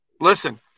Listen